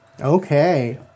Okay